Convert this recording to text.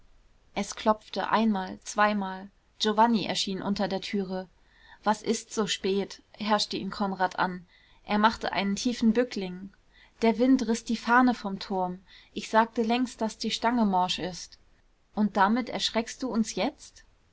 es klopfte einmal zweimal giovanni erschien unter der türe was ist's so spät herrschte ihn konrad an er machte einen tiefen bückling der wind riß die fahne vom turm ich sagte längst daß die stange morsch ist und damit erschreckst du uns jetzt